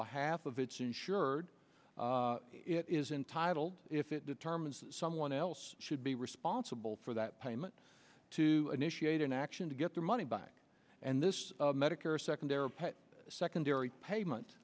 behalf of its insured it is entitled if it determines someone else should be responsible for that payment to initiate an action to get their money back and this medicare secondary secondary payment